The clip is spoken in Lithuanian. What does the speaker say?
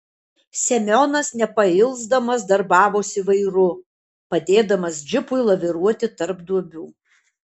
semionas nepailsdamas darbavosi vairu padėdamas džipui laviruoti tarp duobių